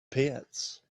pits